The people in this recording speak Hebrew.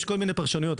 יש כל מיני פרשנויות.